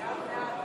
ביטול עסקה ברוכלות